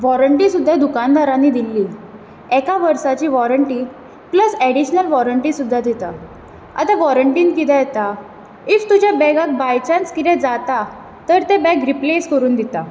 warranty सुद्दा दुकानदारांनी दिल्ली एका वर्साची वॉरनटी पल्स एडिशनल वॉरनटी सुद्दा दिता आतां वॉरनटींत कितें येता इफ तुज्या बॅगाक बाय चान्स कितें जाता ते बॅग रिप्लेस करून दिता